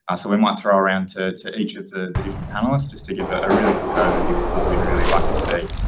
ah so we want throw around to, to each of the different panelists just to give a really quick overview of what we'd really like to see.